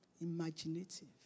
Imaginative